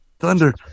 Thunder